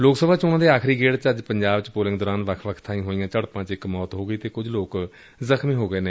ਲੋਕ ਸਭਾ ਚੋਣਾਂ ਦੇ ਆਖਰੀ ਗੇੜ ਚ ਅੱਜ ਪੰਜਾਬ ਚ ਪੋਲਿੰਗ ਦੌਰਾਨ ਵੱਖ ਵੱਖ ਬਾਈਂ ਹੋਈਆਂ ਝੜਪਾਂ ਚ ਇਕ ਮੌਤ ਹੋ ਗਈ ਅਤੇ ਕੁਝ ਲੋਕ ਜ਼ਖ਼ਮੀ ਹੋ ਗਏ ਨੇ